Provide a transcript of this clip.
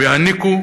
ויעניקו